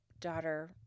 daughter